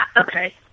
Okay